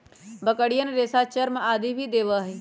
बकरियन रेशा, चर्म आदि भी देवा हई